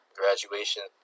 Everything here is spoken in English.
graduation